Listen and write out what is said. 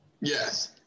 Yes